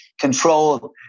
control